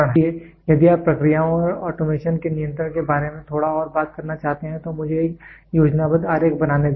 इसलिए यदि आप प्रक्रियाओं और ऑटोमेशन के नियंत्रण के बारे में थोड़ा और बात करना चाहते हैं तो मुझे एक योजनाबद्ध आरेख बनाने दें